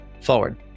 forward